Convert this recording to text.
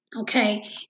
Okay